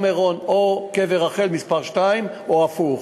מירון או קבר רחל מספר שתיים, או הפוך.